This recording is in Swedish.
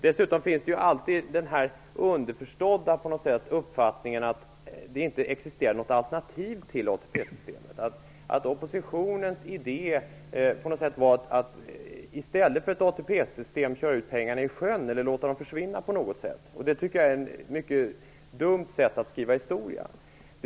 Dessutom finns det alltid den underförstådda uppfattningen att det inte existerar något alternativ till ATP-systemet. Oppositionens idé skulle vara att i stället för att ha ett ATP-system slänga pengarna i sjön och låta dem försvinna. Det är ett mycket dumt sätt att skriva historia.